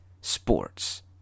Sports